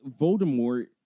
Voldemort